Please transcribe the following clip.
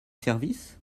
service